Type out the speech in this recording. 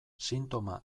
sintoma